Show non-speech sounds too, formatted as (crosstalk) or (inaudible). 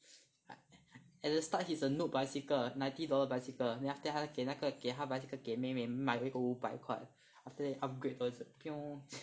at the start he's a noob bicycle ninety dollar bicycle then after that 他给那个给他 bicycle 给妹妹买一个五百块 after that upgrade 多一次 (noise)